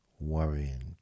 Worrying